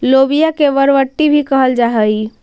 लोबिया के बरबट्टी भी कहल जा हई